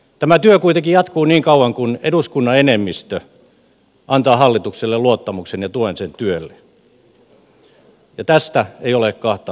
tämä työ kuitenkin jatkuu niin kauan kun eduskunnan enemmistö antaa hallitukselle luottamuksen ja tuen sen työlle ja tästä ei ole kahta kysymystä